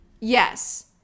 yes